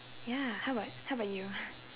ya how about how about you